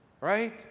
right